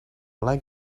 like